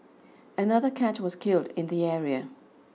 another cat was killed in the area